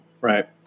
Right